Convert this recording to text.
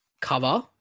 cover